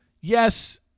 Yes